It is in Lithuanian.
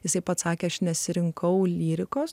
jisai pats sakė aš nesirinkau lyrikos